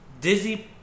Dizzy